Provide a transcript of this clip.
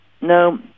No